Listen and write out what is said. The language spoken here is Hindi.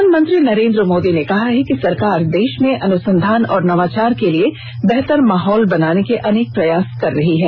प्रधानमंत्री नरेन्द्र मोदी ने कहा है कि सरकार देश में अनुसंधान और नवाचार के लिए बेहतर माहौल बनाने के अनेक प्रयास का रही है